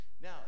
Now